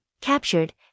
captured